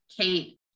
Kate